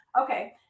Okay